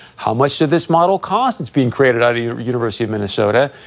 how much should this model cost that's being created? ah you know university of minnesota.